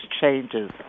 changes